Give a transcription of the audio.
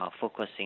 focusing